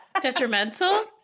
detrimental